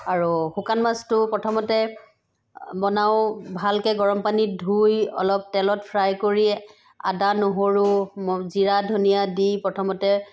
আৰু শুকান মাছটো প্ৰথমতে বনাওঁ ভালকৈ গৰম পানীত ধুই অলপ তেলত ফ্ৰাই কৰি আদা নহৰু ম জীৰা ধনিয়া দি প্ৰথমতে